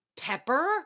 Pepper